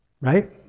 right